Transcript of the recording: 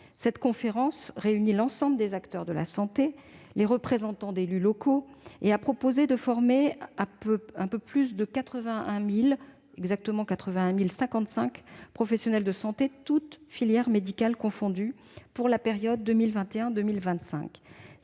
Cette conférence, qui réunit l'ensemble des acteurs de la santé et les représentants d'élus locaux, a proposé de former 81 055 professionnels de santé, toutes filières médicales confondues, pour la période 2021-2025,